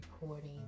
recording